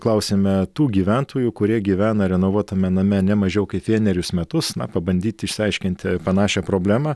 klausėme tų gyventojų kurie gyvena renovuotame name ne mažiau kaip vienerius metus na pabandyti išsiaiškinti panašią problemą